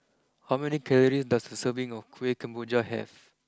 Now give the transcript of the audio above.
how many calories does a serving of Kueh Kemboja have